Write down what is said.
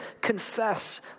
Confess